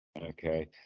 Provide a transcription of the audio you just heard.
Okay